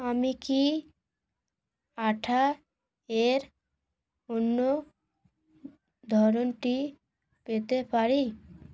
আমি কি আঠা এর অন্য ধরনটি পেতে পারি